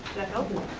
that help?